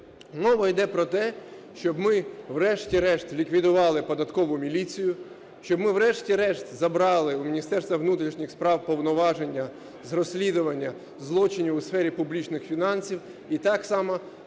Мова йде про те, щоб ми врешті-решт ліквідували Податковий міліцію, щоб ми врешті-решт забрали у Міністерства внутрішніх справ повноваження з розслідування злочинів у сфері публічних фінансів і так само ми забрали